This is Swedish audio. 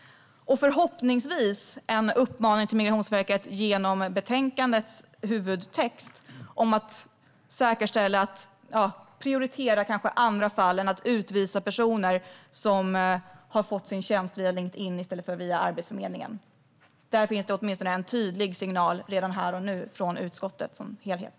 Förhoppningsvis blir betänkandets huvudtext en uppmaning till Migrationsverket att prioritera andra fall än att utvisa personer som har fått sin tjänst via Linkedin i stället för via Arbetsförmedlingen. Det finns en tydlig signal här och nu från utskottet som helhet.